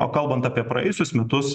o kalbant apie praėjusius metus